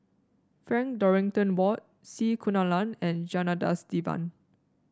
Frank Dorrington Ward C Kunalan and Janadas Devan